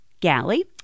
galley